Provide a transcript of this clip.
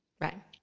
Right